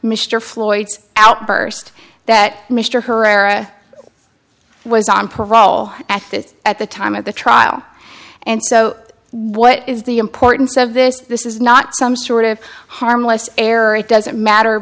mr floyd's outburst that mr herrera was on parole at the time of the trial and so what is the importance of this this is not some sort of harmless error it doesn't matter